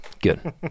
Good